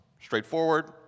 Straightforward